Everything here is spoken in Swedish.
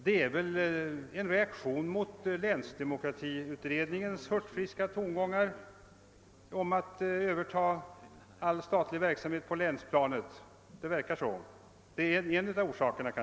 Det är väl en reaktion mot länsdemokratiutredningens hurtfriska tongångar om att överta all statlig verksamhet på länsplanet; det verkar som om detta var en av orsakerna.